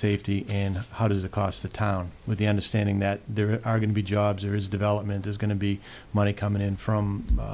safety and how does it cost the town with the understanding that there are going to be jobs there is development is going to be money coming in from